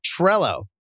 Trello